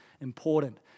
important